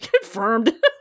Confirmed